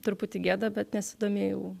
truputį gėda bet nesidomėjau